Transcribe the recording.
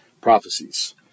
prophecies